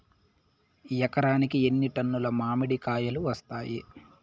ఎకరాకి ఎన్ని టన్నులు మామిడి కాయలు కాస్తాయి?